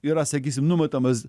yra sakysim numetamas